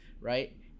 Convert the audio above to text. right